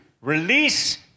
release